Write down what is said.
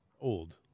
old